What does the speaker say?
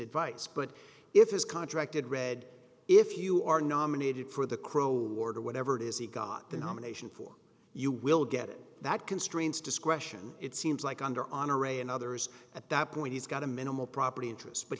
advice but if it's contracted read if you are nominated for the crow board or whatever it is he got the nomination for you will get it that constrains discretion it seems like under on or a and others at that point he's got a minimal property interest but